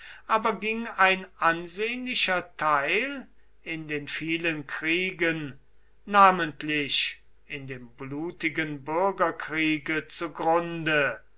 aber ging ein ansehnlicher teil in den vielen kriegen namentlich in dem blutigen bürgerkriege zugrunde